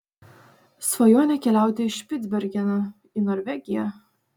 svajonė keliauti į špicbergeną į norvegiją